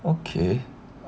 okay